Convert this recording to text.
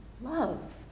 love